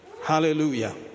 Hallelujah